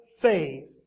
faith